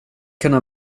kunna